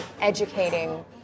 educating